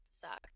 suck